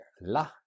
La